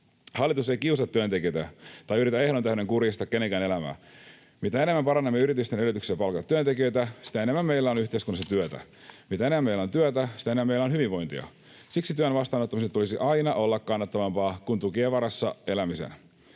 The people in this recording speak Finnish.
Hallitus ei kiusaa työntekijöitä tai yritä ehdoin tahdoin kurjistaa kenenkään elämää. Mitä enemmän parannamme yritysten yrityksiä palkata työntekijöitä, sitä enemmän meillä on yhteiskunnassa työtä. Mitä enemmän meillä on työtä, sitä enemmän meillä on hyvinvointia. Siksi työn vastaanottamisen tulisi aina olla kannattavampaa kuin tukien varassa elämisen.